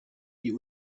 die